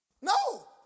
No